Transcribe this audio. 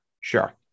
Sure